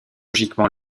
logiquement